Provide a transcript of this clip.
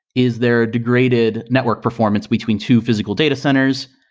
is there a degraded network performance between two physical data centers?